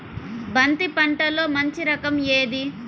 బంతి పంటలో మంచి రకం ఏది?